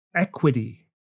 equity